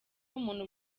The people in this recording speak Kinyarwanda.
umuntu